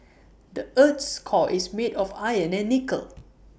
the Earth's core is made of iron and nickel